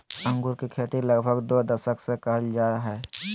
अंगूर के खेती लगभग छो दशक से कइल जा हइ